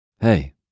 Hey